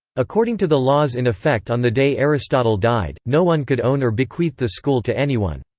according to the laws in effect on the day aristotle died, no one could own or bequeath the school to anyone.